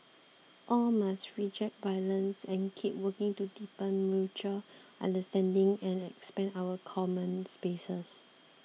all must reject violence and keep working to deepen mutual understanding and expand our common spaces